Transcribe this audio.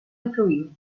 influir